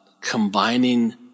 combining